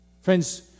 Friends